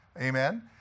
Amen